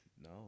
No